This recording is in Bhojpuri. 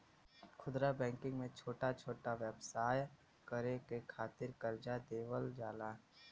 खुदरा बैंकिंग में छोटा छोटा व्यवसाय करे के खातिर करजा देवल जाला